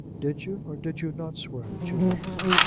did you or did you not swear that you loved me?